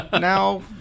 now